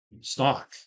stock